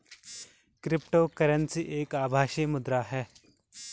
crypto currency एक आभासी मुद्रा है